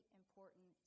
important